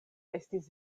estis